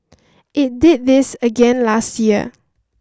it did this again last year